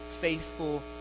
faithful